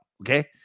okay